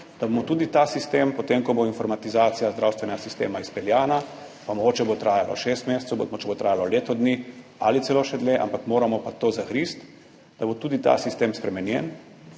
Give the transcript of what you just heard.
da bomo tudi ta sistem, potem, ko bo informatizacija zdravstvenega sistema izpeljana, pa mogoče bo trajalo šest mesecev, mogoče bo trajalo leto dni ali celo še dlje, ampak moramo pa v to zagristi, da bo tudi ta sistem spremenjen